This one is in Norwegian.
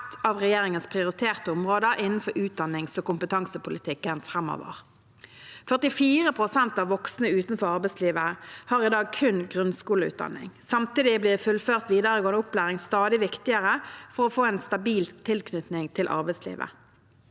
av regjeringens prioriterte områder innenfor utdanningsog kompetansepolitikken framover. 44 pst. av voksne utenfor arbeidslivet har i dag kun grunnskoleutdanning. Samtidig blir fullført videregående opplæring stadig viktigere for å få en stabil tilknytning til arbeidslivet,